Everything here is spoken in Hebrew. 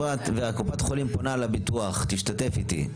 וקופת החולים פונה לביטוח, תשתתף איתי.